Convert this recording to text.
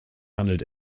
handelt